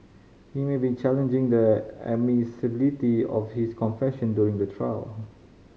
he may be challenging the admissibility of his confession during the trial